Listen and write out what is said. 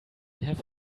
have